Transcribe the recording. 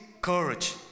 courage